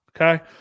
Okay